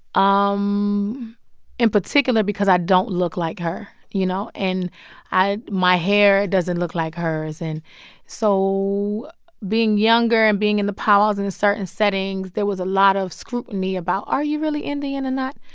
um in particular because i don't look like her, you know? and i my hair doesn't look like hers. and so being younger and being in the powwows and in certain settings, there was a lot of scrutiny about are you really indian or not?